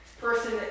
person